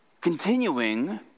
continuing